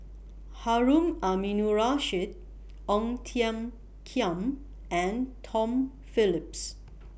Harun Aminurrashid Ong Tiong Khiam and Tom Phillips